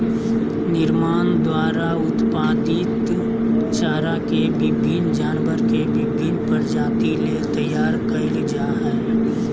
निर्माण द्वारा उत्पादित चारा के विभिन्न जानवर के विभिन्न प्रजाति ले तैयार कइल जा हइ